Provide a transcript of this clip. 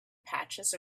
patches